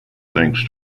thanks